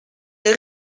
les